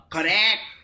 Correct